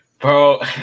Bro